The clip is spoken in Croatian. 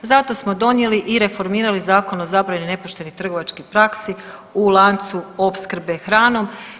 Zato smo donijeli i reformirali Zakon o zabrani nepoštenih trgovačkih praksi u lancu opskrbe hranom.